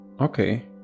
okay